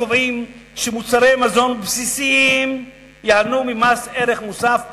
קובעים שמוצרי מזון בסיסיים ייהנו ממס ערך מוסף אפס,